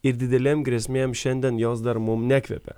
ir didelėm grėsmėm šiandien jos dar mum nekvepia